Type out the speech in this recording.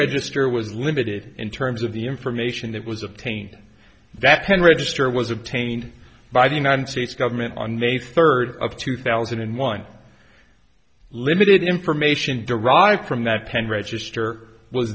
register was limited in terms of the information that was obtain that pen register was obtained by the united states government on may third of two thousand and one limited information derived from that pen register w